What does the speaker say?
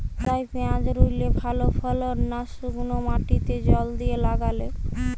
কাদায় পেঁয়াজ রুইলে ভালো ফলন না শুক্নো মাটিতে জল দিয়ে লাগালে?